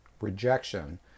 rejection